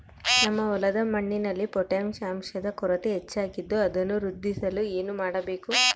ನಮ್ಮ ಹೊಲದ ಮಣ್ಣಿನಲ್ಲಿ ಪೊಟ್ಯಾಷ್ ಅಂಶದ ಕೊರತೆ ಹೆಚ್ಚಾಗಿದ್ದು ಅದನ್ನು ವೃದ್ಧಿಸಲು ಏನು ಮಾಡಬೇಕು?